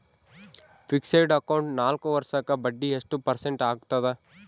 Fixed account ನಾಲ್ಕು ವರ್ಷಕ್ಕ ಬಡ್ಡಿ ಎಷ್ಟು ಪರ್ಸೆಂಟ್ ಆಗ್ತದ?